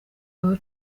ngo